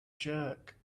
jerk